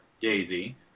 Daisy